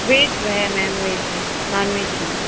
veg है ma'am veg है non veg नहीं